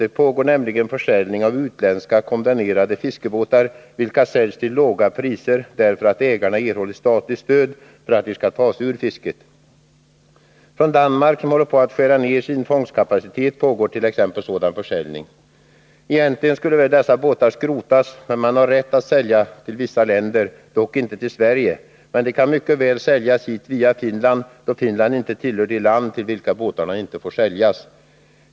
Det pågår nämligen försäljning av utländska kondemnerade fiskebåtar, vilka säljs till låga priser därför att ägarna erhållit statligt stöd för att båtarna skall tas ur fisket. Från Danmark, som håller på att skära ned sin fångstkapacitet, pågår t.ex. sådan försäljning. Egentligen skulle väl dessa båtar skrotas, men man har rätt att sälja till vissa länder, dock inte till Sverige. Båtarna kan emellertid mycket väl säljas hit via Finland, då Finland inte tillhör de länder till vilka båtarna inte får säljas.